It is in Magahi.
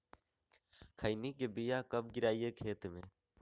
खैनी के बिया कब गिराइये खेत मे?